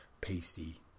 pasty